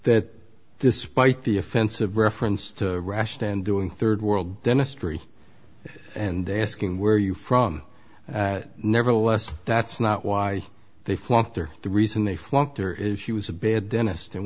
that despite the offensive reference to rush and doing rd world dentistry and asking where are you from nevertheless that's not why they flunked or the reason they flunked her is she was a bad dentist and